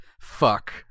fuck